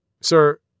Sir